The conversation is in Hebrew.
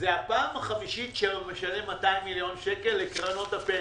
זו הפעם החמישית שהוא משלם 200 מיליון שקל לקרנות הפנסיה.